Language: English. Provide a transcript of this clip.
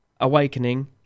Awakening